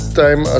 time